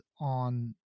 on